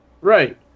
Right